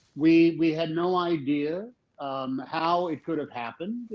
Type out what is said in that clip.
we we had no idea how it could have happened,